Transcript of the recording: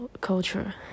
culture